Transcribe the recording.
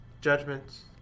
Judgments